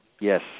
Yes